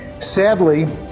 Sadly